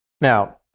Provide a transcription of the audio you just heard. Now